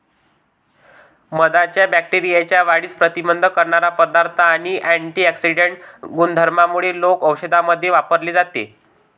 मधाच्या बॅक्टेरियाच्या वाढीस प्रतिबंध करणारा पदार्थ आणि अँटिऑक्सिडेंट गुणधर्मांमुळे लोक औषधांमध्ये वापरले जाते